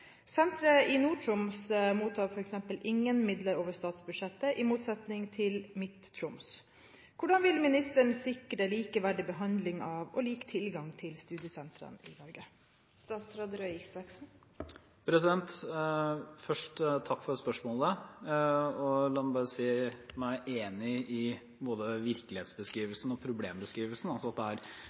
ingen midler over statsbudsjettet, i motsetning til f.eks. Midt-Troms. Hvordan vil statsråden sikre likeverdig behandling av, og lik tilgang til studiesentrene?» Først, takk for spørsmålet. La meg bare si meg enig i både virkelighetsbeskrivelsen og problembeskrivelsen, altså at det er